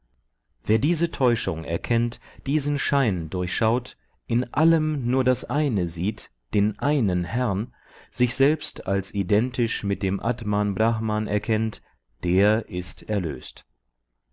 wer diese täuschung erkennt diesen schein durchschaut in allem nur das eine sieht den einen herrn sich selbst als identisch mit dem atman brahman erkennt der ist erlöst